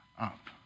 up